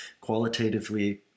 qualitatively